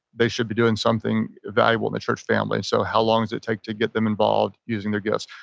they should be doing something valuable in the church family. so how long does it take to get them involved using their gifts?